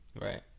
Right